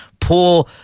poor